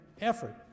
effort